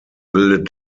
bildet